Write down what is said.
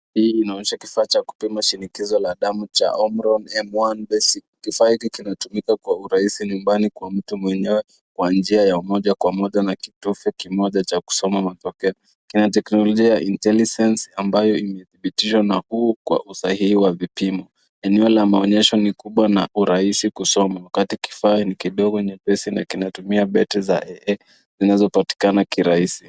Hili linaonyesha kifaa cha kupima shinikizo la damu cha Omron M1 basic . Kifaa hiki kinatumika kwa urahisi myumbani kwa mtu mwenyewe kwa njia ya moja kwa moja na kitofu kimoja cha kusoma matokeo. Kina teknolojia ya intelligence ambayo imedhibitishwa nafuu kwa usahihi wa vipimo. Eneo la maonyesho ni kubwa na urahisi kusoma wakati kifaa ni kidogo nyepesi na kinatumia battery za AA zinazopatikana kirahisi.